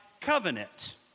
covenant